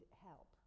help